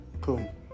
Cool